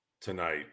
tonight